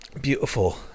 Beautiful